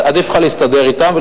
עדיף לך להסתדר אתם,